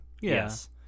Yes